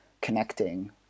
connecting